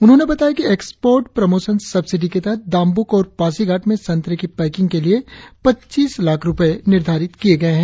उन्होंने बताया कि एक्सपोर्ट प्रमोशन सब्सिडी के तहत दामबुक और पासीघाट में संतरे की पैकिंग के लिए पच्चीस लाख रुपए निर्धारित किये गए है